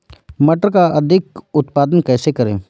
मटर का अधिक उत्पादन कैसे करें?